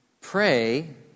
Pray